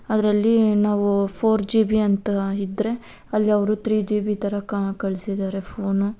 ಅದರಲ್ಲಿ ನಾವು four G B ಅಂತ ಇದ್ದರೆ ಅಲ್ಲಿ ಅವರು ಥ್ರೀ ಜಿ ಬಿ ಥರ ಕಾ ಕಳ್ಸಿದ್ದಾರೆ ಫೋನು